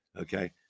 okay